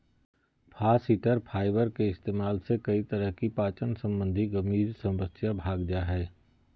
फास्इटर फाइबर के इस्तेमाल से कई तरह की पाचन संबंधी गंभीर समस्या भाग जा हइ